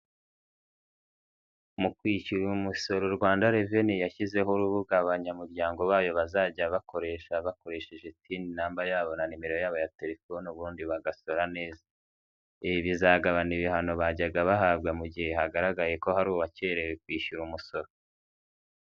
Mu kwishyura umusoro Rwanda revenu yashyizeho urubuga abanyamuryango bayo bazajya bakoresha bakoresheje tini namba yabo na nimero yabo ya telefone ubundi bagasora neza, ibi bizabanya ibihano bajyaga bahabwa mu gihe hagaragaye ko hari uwakerewe kwishyura umusoro.